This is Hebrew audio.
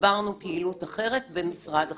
תגברנו פעילות אחרת במשרד החינוך.